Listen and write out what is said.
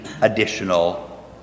additional